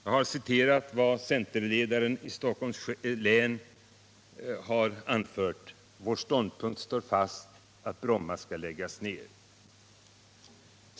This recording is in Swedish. Jag har citerat vad centerledaren i Stockholms län har anfört: Vår ståndpunkt står fast att Bromma skall läggas ner.